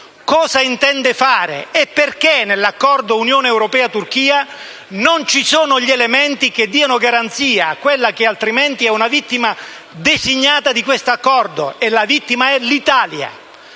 cosa intende fare e perché nell'accordo tra Unione europea e Turchia non ci sono elementi che diano garanzia a quella che, altrimenti, è la vittima designata di quest'accordo: mi riferisco all'Italia.